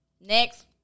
Next